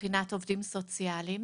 מבחינת עובדים סוציאליים,